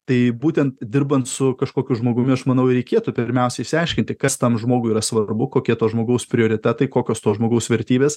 tai būtent dirbant su kažkokiu žmogumi aš manau reikėtų pirmiausia išsiaiškinti kas tam žmogui yra svarbu kokie to žmogaus prioritetai kokios to žmogaus vertybės